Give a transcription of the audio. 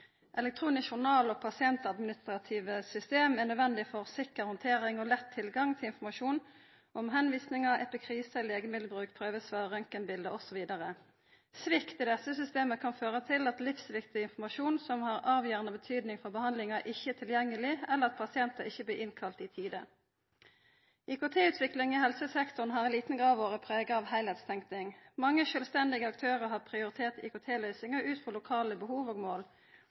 Elektronisk journal og pasientadministrative system er nødvendige for sikker handtering og lett tilgang til informasjon om tilvisingar, epikrise, legemiddelbruk, prøvesvar, røntgenbilde osv. Svikt i desse systema kan føra til at livsviktig informasjon som har avgjerande betydning for behandlinga, ikkje er tilgjengeleg, eller at pasientar ikkje blir innkalla i tide. IKT-utviklinga i helsesektoren har i liten grad vore prega av heilskapstenking. Mange sjølvstendige aktørar har prioritert IKT-løysingar ut frå lokale behov og mål.